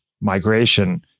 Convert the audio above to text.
migration